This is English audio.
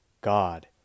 God